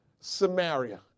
Samaria